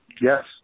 Yes